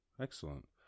Excellent